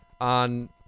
on